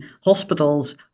Hospitals